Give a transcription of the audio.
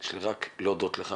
יש לי רק להודות לך,